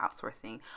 outsourcing